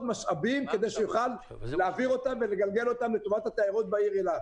משאבים כדי שיוכל להעביר אותם ולגלגל אותם לטובת התיירות בעיר אילת.